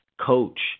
coach